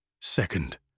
Second